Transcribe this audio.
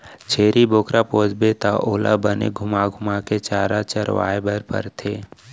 छेरी बोकरा पोसबे त ओला बने घुमा घुमा के चारा चरवाए बर परथे